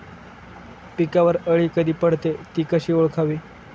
पिकावर अळी कधी पडते, ति कशी ओळखावी?